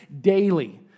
daily